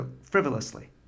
frivolously